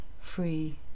free